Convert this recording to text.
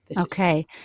Okay